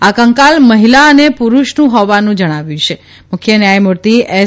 આ કંકાલ મહિલા અને પૂરૂષનું હોવાનું જણાવ્યું છે મુખ્ય ન્યાયમૂર્તિ એસ